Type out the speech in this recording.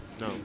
No